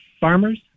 farmers